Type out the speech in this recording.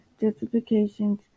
justifications